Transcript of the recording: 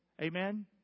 Amen